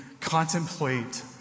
contemplate